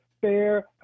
fair